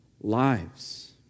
lives